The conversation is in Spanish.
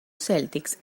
celtics